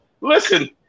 Listen